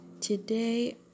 today